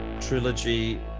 trilogy